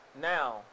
Now